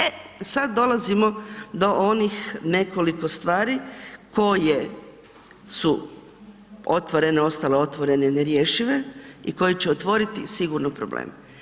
E sada dolazimo do onih nekoliko stvari koje su ostale otvorene i nerješive i koje će otvoriti sigurno problem.